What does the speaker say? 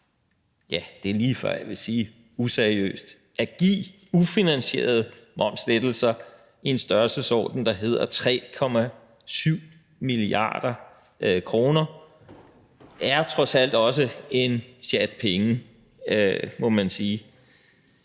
ja, det er lige før, jeg vil sige useriøst – at give ufinansierede momslettelser i en størrelsesorden, der hedder 3,7 mia. kr. Det er trods alt også en sjat penge, må man sige.